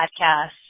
podcast